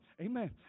Amen